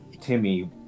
Timmy